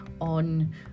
on